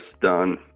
done